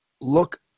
look